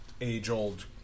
age-old